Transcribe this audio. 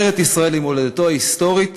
ארץ-ישראל היא מולדתו ההיסטורית